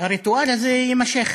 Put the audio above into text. והריטואל הזה יימשך,